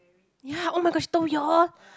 ya [oh]-my-gosh she told you all